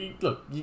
look